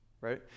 right